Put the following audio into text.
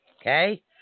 Okay